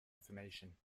information